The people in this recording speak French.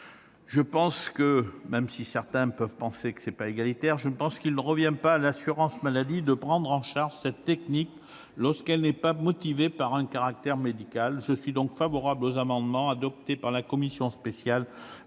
autant, même si certains peuvent penser que ce n'est pas égalitaire, il ne revient pas à l'assurance maladie de prendre en charge cette technique lorsqu'elle n'est pas motivée par un critère médical. Je suis donc favorable aux amendements adoptés par la commission spéciale